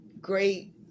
great